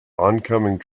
oncoming